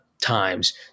times